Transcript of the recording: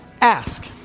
Ask